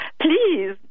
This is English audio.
please